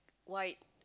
white